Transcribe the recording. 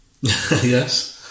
Yes